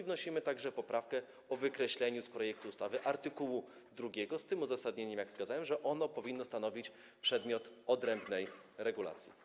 Wnosimy także poprawkę dotyczącą wykreślenia z projektu ustawy art. 2 - z tym uzasadnieniem, jak wskazałem, że to powinno stanowić przedmiot odrębnej regulacji.